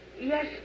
Yes